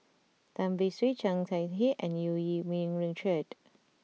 Tan Beng Swee Chang Chieh Hang and Eu Yee Ming Richard